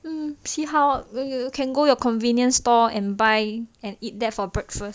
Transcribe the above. hmm see how can go your convenience store and buy and eat that for breakfast ya